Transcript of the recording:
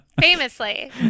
Famously